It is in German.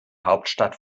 hauptstadt